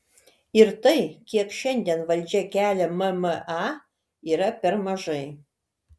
ir tai kiek šiandien valdžia kelia mma yra per mažai